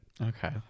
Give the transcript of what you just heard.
Okay